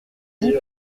j’y